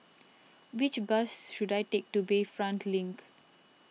which bus should I take to Bayfront Link